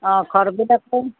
অঁ ঘৰটো পাইছোঁ